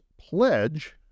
pledge